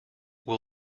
will